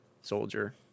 Soldier